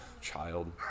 child